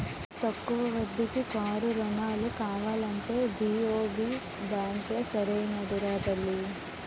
తక్కువ వడ్డీకి కారు రుణాలు కావాలంటే బి.ఓ.బి బాంకే సరైనదిరా తల్లీ